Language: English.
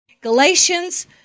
Galatians